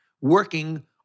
working